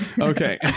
Okay